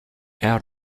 out